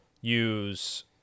use